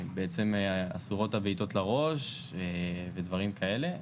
בעצם אסורות הבעיטות לראש, ודברים כאלה.